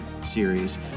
series